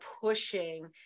pushing